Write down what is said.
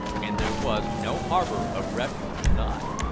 and there was no harbour of refuge nigh.